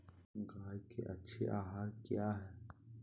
गाय के अच्छी आहार किया है?